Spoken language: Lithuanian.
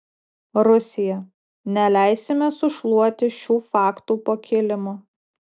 rusija neleisime sušluoti šių faktų po kilimu